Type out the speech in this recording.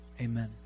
Amen